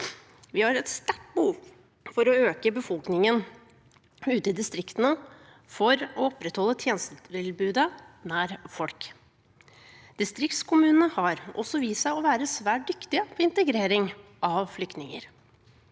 Vi har et sterkt behov for å øke befolkningen ute i distriktene for å opprettholde tjenestetilbudet nær folk. Distriktskommunene har også vist seg å være svært dyktige til å integrere flyktninger.